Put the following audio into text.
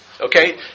okay